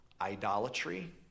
Idolatry